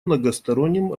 многосторонним